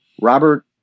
Robert